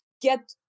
get